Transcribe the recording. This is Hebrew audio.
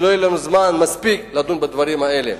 שלא יהיה לנו זמן מספיק לדון בדברים האלה.